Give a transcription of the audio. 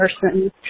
person